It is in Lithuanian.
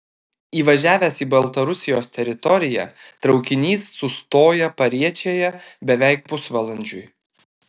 įvažiavęs į baltarusijos teritoriją traukinys sustoja pariečėje beveik pusvalandžiui